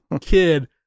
kid